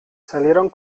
salieron